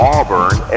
Auburn